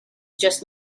just